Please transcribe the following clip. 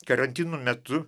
karantino metu